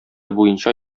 буенча